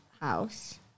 house